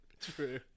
True